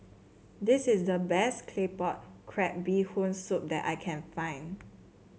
this is the best Claypot Crab Bee Hoon Soup that I can find